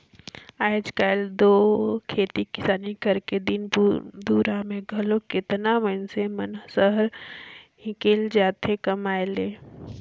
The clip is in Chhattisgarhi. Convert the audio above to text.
आएज काएल दो खेती किसानी करेक दिन दुरा में घलो केतना मइनसे मन सहर हिंकेल जाथें कमाए ले